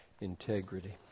integrity